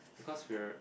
because we're